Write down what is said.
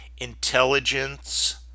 intelligence